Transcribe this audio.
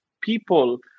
people